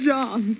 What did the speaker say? John